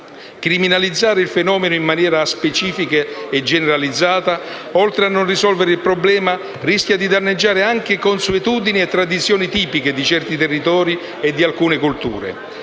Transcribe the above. Criminalizzare il fenomeno in maniera aspecifica e generalizzata, oltre a non risolvere il problema, rischia di danneggiare anche consuetudini e tradizioni tipiche di certi territori e di alcune colture.